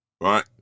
right